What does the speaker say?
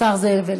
השר זאב אלקין.